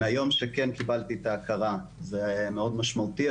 מהיום שכן קיבלתי את ההכרה, זה היה מאוד משמעותי.